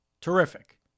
Terrific